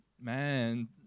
man